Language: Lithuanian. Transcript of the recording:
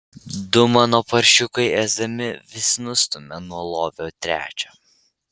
du mano paršiukai ėsdami vis nustumia nuo lovio trečią